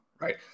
right